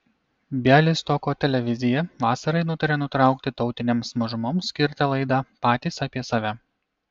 bialystoko televizija vasarai nutarė nutraukti tautinėms mažumoms skirtą laidą patys apie save